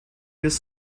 this